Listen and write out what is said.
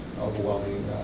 overwhelming